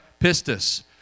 pistis